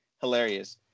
Hilarious